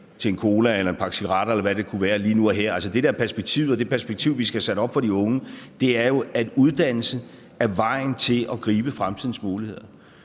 til en cola eller en pakke cigaretter, eller hvad det kunne være lige nu og her. Altså, det, der er perspektivet, og det perspektiv, vi skal sætte op for de unge, er jo, at uddannelse er vejen til at gribe fremtidens muligheder.